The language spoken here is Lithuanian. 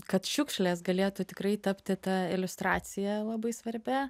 kad šiukšlės galėtų tikrai tapti ta iliustracija labai svarbia